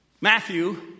Matthew